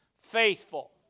faithful